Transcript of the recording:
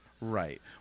Right